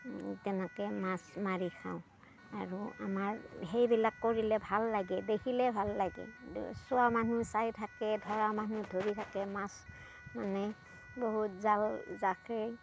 তেনেকৈ মাছ মাৰি খাওঁ আৰু আমাৰ সেইবিলাক কৰিলে ভাল লাগে দেখিলে ভাল লাগে চোৱা মানুহ চাই থাকে ধৰা মানুহ ধৰি থাকে মাছ মানে বহুত জাল জাকৈ